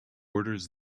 borders